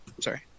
Sorry